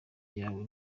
yawe